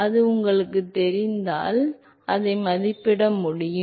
எனவே உராய்வு காரணி உங்களுக்குத் தெரிந்தால் நீங்கள் உண்மையில் அழுத்தம் சாய்வை மதிப்பிட முடியும்